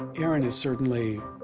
aaron is certainly